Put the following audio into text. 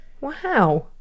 Wow